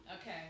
Okay